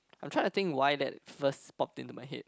I'm try to think why that first pop into my head